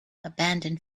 abandon